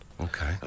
Okay